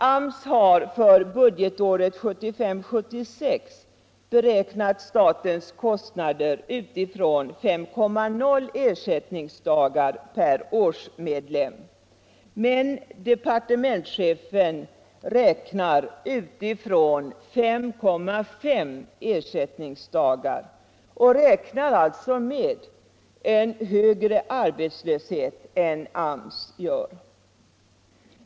AMS har för budgetåret 1975/76 beräknat statens kostnader utifrån 5,0 ersättningsdagar per årsmedlem, men departementschefen utgår från 5,5 ersättningsdagar och räknar alltså med en högre arbetslöshet än AMS gör.